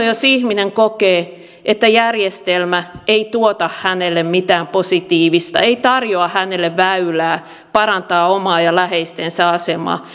jos ihminen kokee että järjestelmä ei tuota hänelle mitään positiivista ei tarjoa hänelle väylää parantaa omaa ja läheistensä asemaa